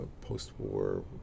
Post-war